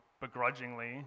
begrudgingly